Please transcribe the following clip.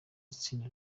itsinda